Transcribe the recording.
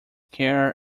care